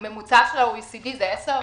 הממוצע של ה-OECD זה 10%,